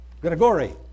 Gregory